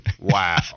Wow